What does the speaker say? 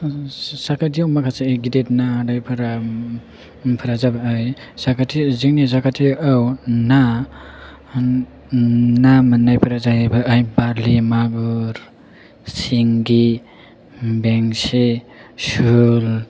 साखाथियाव माखासे गिदिर ना फोरा जाबाय जोंनि साखाथियाव ना ना मोननायफोरा जाहैबाय बारलि मागुर सिंगि बेंसि सुल